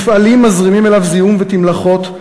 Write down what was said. מפעלים מזרימים אליו זיהום ותמלחות.